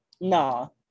No